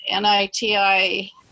NITI